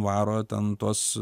varo ten tuos